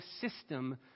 system